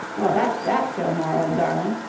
well, that's that, fillmore, old darling.